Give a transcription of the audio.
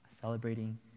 celebrating